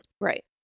Right